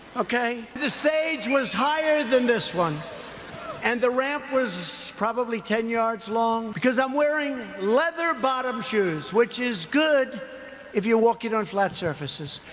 okay. the stage was higher than this one and the ramp was probably ten yards long. because i'm wearing leather bottom shoes, which is good if you're walking on flat surfaces.